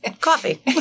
Coffee